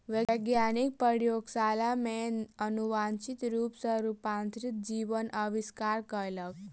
वैज्ञानिक प्रयोगशाला में अनुवांशिक रूप सॅ रूपांतरित जीवक आविष्कार कयलक